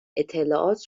اطلاعات